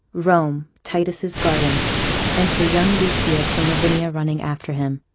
rome. titus' garden enter young lucius and lavinia running after him,